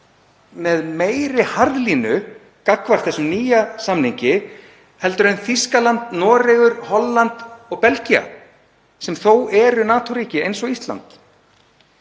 með meiri harðlínu gagnvart þessum nýja samningi en Þýskaland, Noregur, Holland og Belgía, sem þó eru NATO-ríki eins og Ísland.